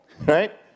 right